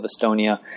Estonia